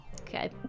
okay